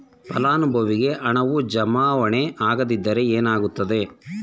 ಫಲಾನುಭವಿಗೆ ಹಣವು ಜಮಾವಣೆ ಆಗದಿದ್ದರೆ ಏನಾಗುತ್ತದೆ?